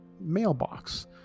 mailbox